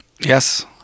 Yes